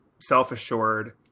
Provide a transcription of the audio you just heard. self-assured